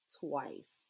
Twice